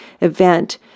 event